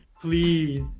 please